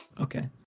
Okay